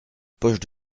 poche